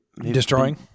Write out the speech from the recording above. destroying